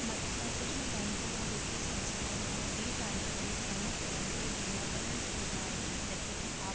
मध्य प्रदेश में बैंको व वित्तीय संस्थाओं द्वारा दी जाने वाली प्रमुख बैंकीय बीमाकरण सेवाएँ हैं जैसे कि आप